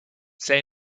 say